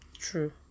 True